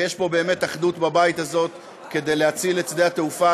ויש פה באמת אחדות בבית הזה כדי להציל את שדה-התעופה.